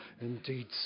indeed